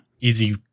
Easy